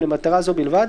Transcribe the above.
ולמטרה זו בלבד,